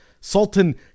Sultan